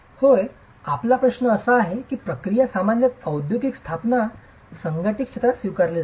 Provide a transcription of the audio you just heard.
होय आपला प्रश्न असा आहे की ही प्रक्रिया सामान्यत औद्योगिक स्थापना किंवा असंघटित क्षेत्रात स्वीकारली जाते